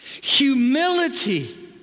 humility